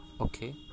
Okay